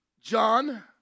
John